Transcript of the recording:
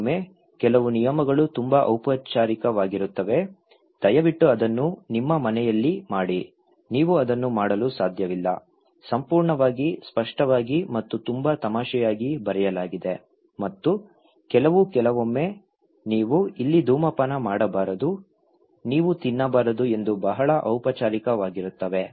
ಕೆಲವೊಮ್ಮೆ ಕೆಲವು ನಿಯಮಗಳು ತುಂಬಾ ಔಪಚಾರಿಕವಾಗಿರುತ್ತವೆ ದಯವಿಟ್ಟು ಅದನ್ನು ನಿಮ್ಮ ಮನೆಯಲ್ಲಿ ಮಾಡಿ ನೀವು ಅದನ್ನು ಮಾಡಲು ಸಾಧ್ಯವಿಲ್ಲ ಸಂಪೂರ್ಣವಾಗಿ ಸ್ಪಷ್ಟವಾಗಿ ಮತ್ತು ತುಂಬಾ ತಮಾಷೆಯಾಗಿ ಬರೆಯಲಾಗಿದೆ ಮತ್ತು ಕೆಲವು ಕೆಲವೊಮ್ಮೆ ನೀವು ಇಲ್ಲಿ ಧೂಮಪಾನ ಮಾಡಬಾರದು ನೀವು ತಿನ್ನಬಾರದು ಎಂದು ಬಹಳ ಔಪಚಾರಿಕವಾಗಿರುತ್ತವೆ